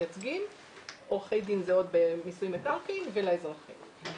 עורכי דין זה עוד במיסוי מקרקעין ולאזרחים.